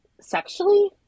sexually